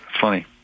funny